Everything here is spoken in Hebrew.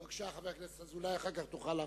בבקשה, חבר הכנסת אזולאי, אחר כך תוכל להרחיב.